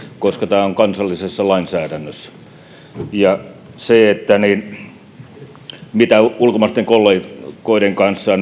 koska tämä on kansallisessa lainsäädännössä se mitä ulkomaisten kollegoiden kanssa